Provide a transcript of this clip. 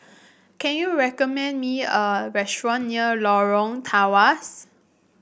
can you recommend me a restaurant near Lorong Tawas